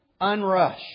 unrushed